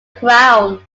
crown